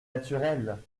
naturel